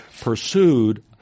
pursued